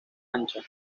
ancha